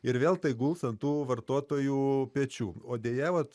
ir vėl tai guls ant tų vartotojų pečių o deja vat